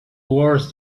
worse